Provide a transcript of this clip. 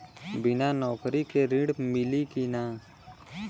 बिना नौकरी के ऋण मिली कि ना?